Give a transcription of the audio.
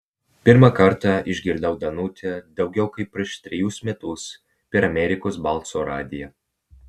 pirmą kartą išgirdau danutę daugiau kaip prieš trejus metus per amerikos balso radiją